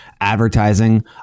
advertising